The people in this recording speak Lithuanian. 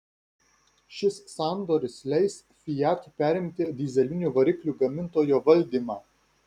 šis sandoris leis fiat perimti dyzelinių variklių gamintojo valdymą